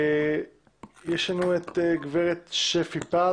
יש לנו את גברת שפי פז,